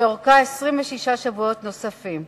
שאורכה 26 שבועות נוספים.